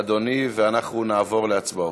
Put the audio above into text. אדוני, ואנחנו נעבור להצבעות.